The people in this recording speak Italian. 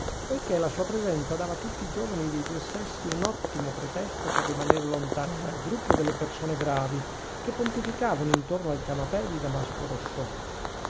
poichè la sua presenza dava a tutti i giovani dei due sessi un ottimo pretesto per rimanere lontani dal gruppo delle persone gravi che pontificavano intorno al canapè di damasco rosso